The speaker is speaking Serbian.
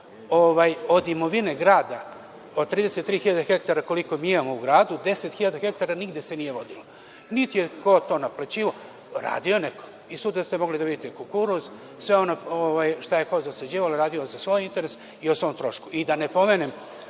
od imovine grada, od 33.000 hektara koliko mi imamo u gradu, 10 hektara nigde se nije vodilo. Niti je ko to naplaćivao, radio je neko, i sutra ste mogli da vidite kukuruz, sve ono šta je ko zasađivao, radio za svoj interes i o svom trošku.I da ne pomenem